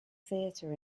theater